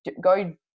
Go